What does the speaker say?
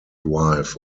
wife